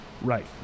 Right